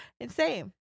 insane